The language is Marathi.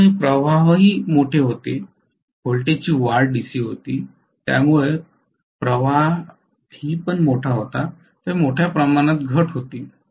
त्यामुळे प्रवाहही मोठे होते व्होल्टेज ची वाढ डीसी होती त्यामुळे प्रवाह ही मोठी होती त्यामुळे मोठ्या प्रमाणात घट होत होती